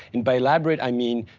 and by elaborate i mean,